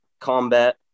Combat